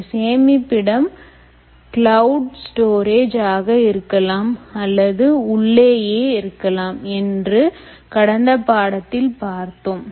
இந்த சேமிப்பிடம் cloud storage ஆக இருக்கலாம் அல்லது உள்ளேயே இருக்கலாம் என்று கடந்த பாடத்தில் பார்த்தோம்